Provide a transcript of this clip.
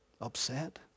Upset